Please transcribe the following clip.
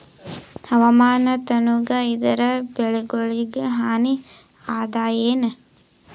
ಹವಾಮಾನ ತಣುಗ ಇದರ ಬೆಳೆಗೊಳಿಗ ಹಾನಿ ಅದಾಯೇನ?